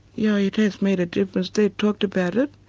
yeah, it has made a difference, they talked about it.